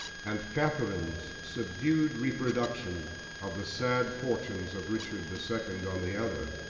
and katharine's subdued reproduction of the sad fortunes of richard the second on the other,